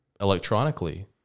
electronically